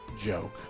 joke